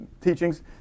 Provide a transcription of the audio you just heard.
teachings